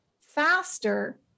faster